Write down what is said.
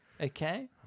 Okay